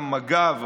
גם מג"ב,